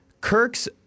Kirk's